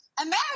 America